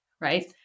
right